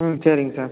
ம் சரிங் சார்